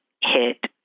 hit